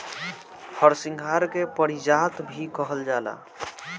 हरसिंगार के पारिजात भी कहल जाला